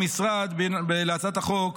המשרד להצעת החוק,